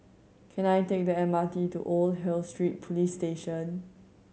can I take the M R T to Old Hill Street Police Station